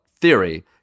theory